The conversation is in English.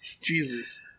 Jesus